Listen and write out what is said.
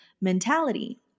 mentality